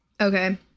Okay